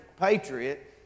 patriot